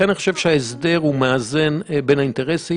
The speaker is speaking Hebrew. אני חושב שההסדר מאזן בין שני האינטרסים,